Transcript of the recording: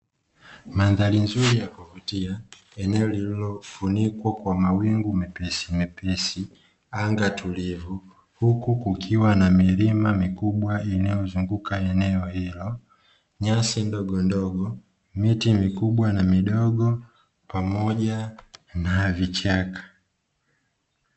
Mandhari nzuri ya kuvutia eneo lililofunikwa kwa mawingu mepesi mepesi, anga tulivu huku kukiwa na milima mikubwa inayozunguka eneo hilo, nyasi ndogondogo miti mikubwa na midogo, pamoja na vichaka.